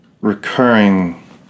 recurring